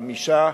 חמישה,